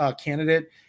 candidate